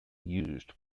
used